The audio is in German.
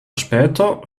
später